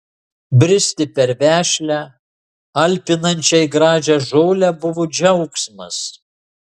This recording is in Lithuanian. bristi per vešlią alpinančiai gražią žolę buvo džiaugsmas